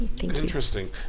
Interesting